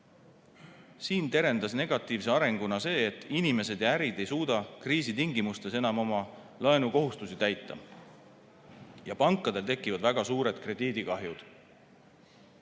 Siin terendas negatiivse arenguna see, et inimesed ja ärid ei suuda kriisitingimustes enam oma laenukohustusi täita ja pankadel tekivad väga suured krediidikahjud.